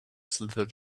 slithered